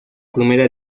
primera